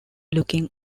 looking